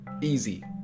easy